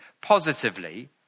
positively